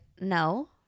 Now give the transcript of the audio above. no